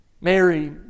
Mary